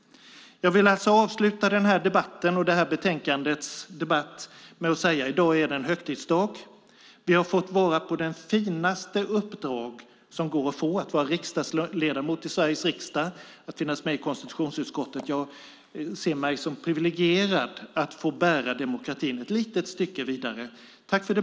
Jag vill avsluta debatten om det här betänkandet med att säga att det är en högtidsdag i dag. Vi har fått ha det finaste uppdrag som går att få, att vara ledamot av Sveriges riksdag och finnas med i konstitutionsutskottet. Jag ser mig som privilegierad att få bära demokratin ett litet stycke vidare.